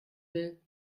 will